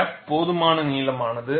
crack போதுமான நீளமானது